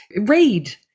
Read